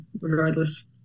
regardless